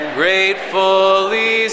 gratefully